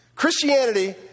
Christianity